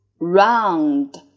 round